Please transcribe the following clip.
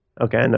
Okay